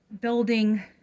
building